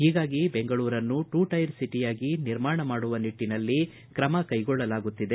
ಹೀಗಾಗಿ ಬೆಂಗಳೂರನ್ನು two tier ಸಿಟಿಯಾಗಿ ನಿರ್ಮಾಣ ಮಾಡುವ ನಿಟ್ಟಿನಲ್ಲಿ ತ್ರಮ ಕೈಗೊಳ್ಳಲಾಗುತ್ತಿದೆ